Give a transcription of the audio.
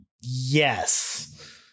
yes